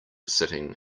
sitting